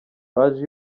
paji